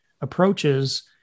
approaches